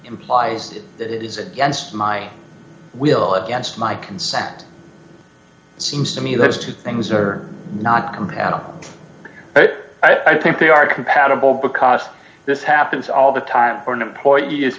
implies that it is against my will against my consent it seems to me those two things are not compatible but i think they are compatible because this happens all the time or an employee is